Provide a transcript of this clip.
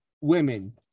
women